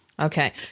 Okay